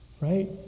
Right